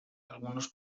algunos